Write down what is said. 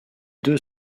deux